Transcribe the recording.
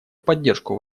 поддержку